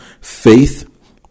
faith